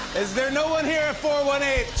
is there no one here at four one eight?